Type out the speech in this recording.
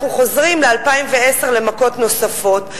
אנחנו חוזרים ב-2010 למכות נוספות.